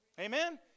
Amen